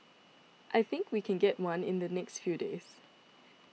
I think we can get one in the next few days